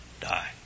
die